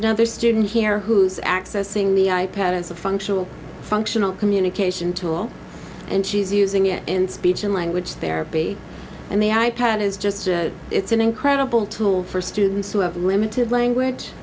another student here who's accessing the i pad as a functional functional communication tool and she's using it in speech and language therapy and the i pad is just it's an incredible tool for students who have limited language